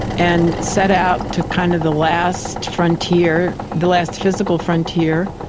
and set out to kind of the last frontier, the last physical frontier,